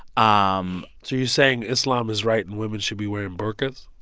um so you're saying islam is right and women should be wearing burkas?